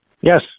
Yes